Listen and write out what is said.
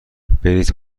برید